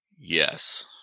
yes